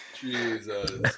Jesus